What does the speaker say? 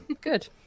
good